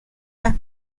las